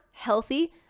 healthy